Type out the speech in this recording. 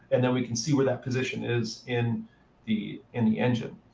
and then we can see where that position is in the in the engine.